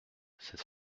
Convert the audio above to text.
cette